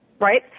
Right